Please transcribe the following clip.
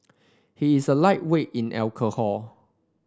he is a lightweight in alcohol